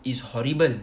is horrible